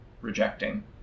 rejecting